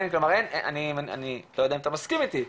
אני לא יודע אם אתה מסכים איתי,